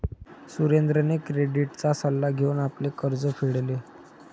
सुरेंद्रने क्रेडिटचा सल्ला घेऊन आपले कर्ज फेडले